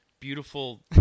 beautiful